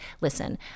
listen